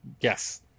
Yes